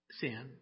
sin